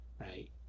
Right